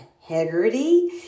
Hegarty